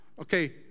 Okay